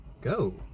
go